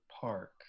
Park